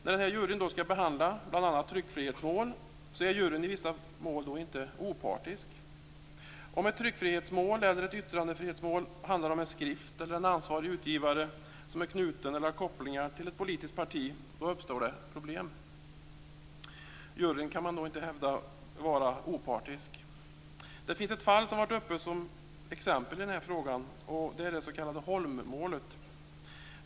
När denna jury skall behandla bl.a. tryckfrihetsmål är juryn i vissa fall inte opartisk. Om ett tryckfrihetsmål eller yttrandefrihetsmål handlar om en skrift eller en ansvarig utgivare som är knuten till eller har kopplingar till ett politiskt parti uppstår det problem. Man kan då inte hävda att juryn är opartisk. Jag kan ta ett fall som har varit uppe som exempel i denna fråga. Det är det s.k. Holmmålet.